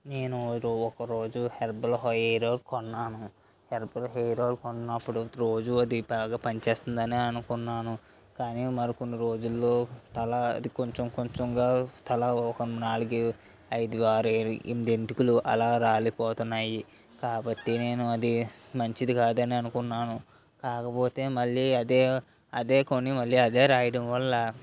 నేను ఒక రోజు హెర్బల్ హెయిర్ కొన్నాను హెర్బల్ హెయిర్ ఆయిల్ కొన్నప్పుడు రోజు అది బాగా పనిచేస్తుందనే అనుకున్నాను కానీ మరికొన్ని రోజుల్లో తలది కొంచెం కొంచెంగా తల ఒక నాలుగు ఐదు ఆరు ఏడు ఎనిమిది వెంట్రుకలు అలా రాలిపోతున్నాయి కాబట్టి నేను అది మంచిది కాదు అని అనుకున్నాను కాకపోతే మళ్ళీ అదే కొని మళ్ళీ అదే రాయడం వల్ల